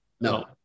No